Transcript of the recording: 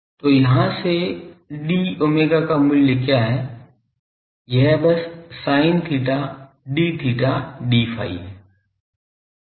तो यहाँ से d omega का मूल्य क्या है यह बस sin theta d theta d phi है